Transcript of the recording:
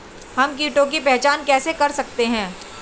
हम कीटों की पहचान कैसे कर सकते हैं?